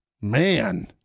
Man